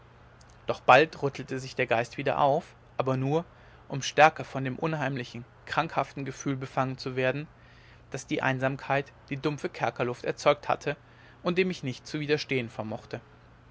doch bald rüttelte sich der geist wieder auf aber nur um stärker von dem unheimlichen krankhaften gefühl befangen zu werden das die einsamkeit die dumpfe kerkerluft erzeugt hatte und dem ich nicht zu widerstehen vermochte